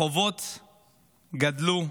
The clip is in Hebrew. החובות גדלו.